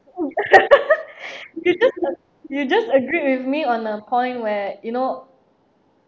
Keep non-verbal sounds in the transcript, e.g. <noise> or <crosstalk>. <laughs> you just ag~ you just agreed with me on a point where you know